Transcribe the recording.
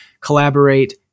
collaborate